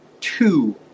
two